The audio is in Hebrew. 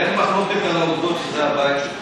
ואין מחלוקת על העובדות שזה הבית שלך,